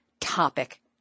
topic